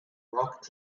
rock